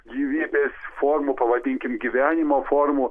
gyvybės formų pavadinkim gyvenimo formų